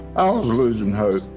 i was losing her.